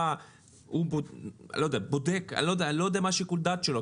אני לא יודע מה שיקול הדעת שלו,